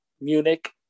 Munich